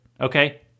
Okay